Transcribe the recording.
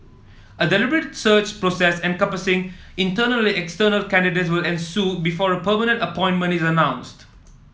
a deliberate search process encompassing internal and external candidates will ensue before a permanent appointment is announced